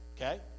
okay